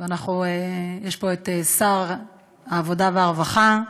ונמצא פה שר העבודה והרווחה,